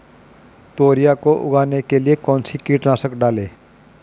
तोरियां को उगाने के लिये कौन सी कीटनाशक डालें?